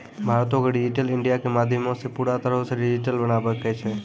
भारतो के digital India के माध्यमो से पूरा तरहो से डिजिटल बनाबै के छै